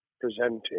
presenting